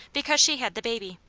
because she had the baby.